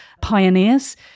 pioneers